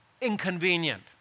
inconvenient